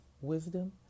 wisdom